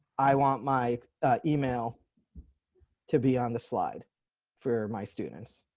i want my email to be on the slide for my students